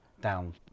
down